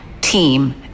team